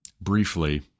briefly